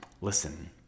Listen